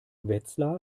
wetzlar